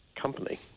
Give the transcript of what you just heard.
company